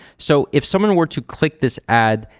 so if someone were to click this ad,